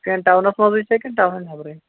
کیٚنٛہہ ٹاونَس منٛزٕے چھا کِنہٕ ٹاونہٕ نیٚبرٕے